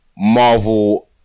marvel